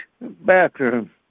bathroom